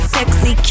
Sexy